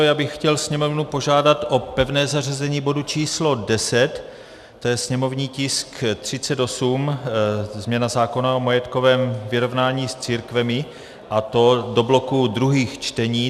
Já bych chtěl Sněmovnu požádat o pevné zařazení bodu číslo 10, to je sněmovní tisk 38, změna zákona o majetkovém vyrovnání s církvemi, a to do bloku druhých čtení.